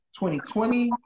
2020